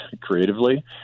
creatively